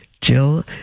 Jill